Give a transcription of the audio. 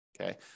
Okay